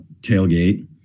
tailgate